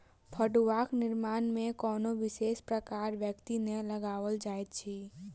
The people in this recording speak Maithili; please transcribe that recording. फड़ुआक निर्माण मे कोनो विशेष प्रकारक युक्ति नै लगाओल जाइत अछि